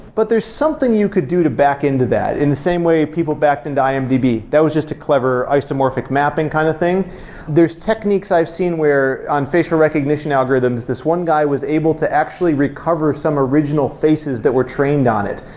but there's something you could do to back into that in the same way people backed and into imdb. that was just a clever isomorphic mapping kind of thing there's techniques i've seen where on facial recognition algorithms, this one guy was able to actually recover some original faces that were trained on it,